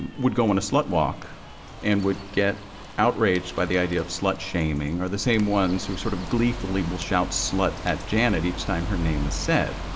and would go on a slutwalk and would get outraged by the idea of slut shaming are the same ones who sort of gleefully will shout slut at janet each time her name is said